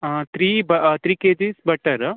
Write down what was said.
ಹಾಂ ತ್ರೀ ಬ three KGs butter